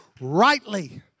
rightly